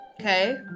Okay